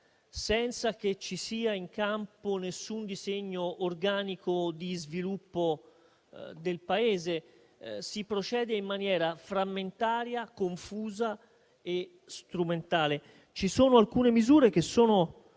senza che ci sia in campo alcun disegno organico di sviluppo del Paese. Si procede in maniera frammentaria, confusa e strumentale. Ci sono alcune misure che sono